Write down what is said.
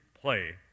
play